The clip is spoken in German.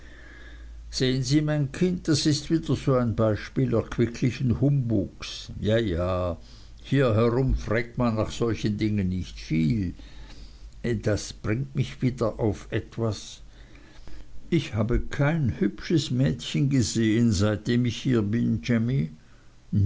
sehen sie mein kind das ist wieder so ein beispiel erquicklichen humbugs ja ja hier herum frägt man nach solchen dingen nicht viel das bringt mich wieder auf etwas ich habe kein hübsches mädchen gesehen seitdem ich hier bin jammy